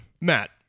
Matt